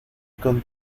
con